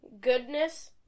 Goodness